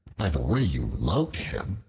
by the way you load him.